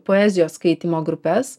poezijos skaitymo grupes